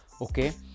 Okay